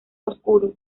oscuro